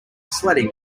sledding